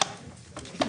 ננעלה בשעה 15:15.